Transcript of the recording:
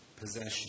possession